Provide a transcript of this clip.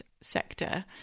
sector